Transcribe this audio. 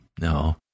No